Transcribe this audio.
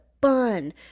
bun